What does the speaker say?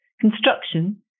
construction